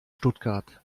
stuttgart